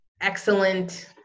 excellent